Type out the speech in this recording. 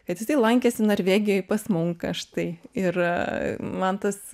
kad jisai lankėsi norvegijoj pas munką štai ir man tas